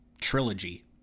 trilogy